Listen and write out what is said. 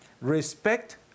Respect